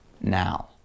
now